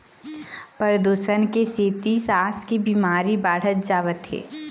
परदूसन के सेती सांस के बिमारी बाढ़त जावत हे